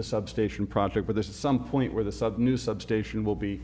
the substation project but there is some point where the sub new substation will be